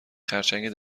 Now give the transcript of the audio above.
خرچنگ